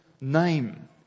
name